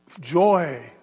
Joy